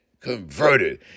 converted